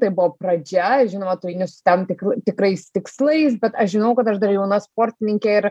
tai buvo pradžia ir žinoma tu eini su tam tikru tikrais tikslais bet aš žinau kad aš dar jauna sportininkė ir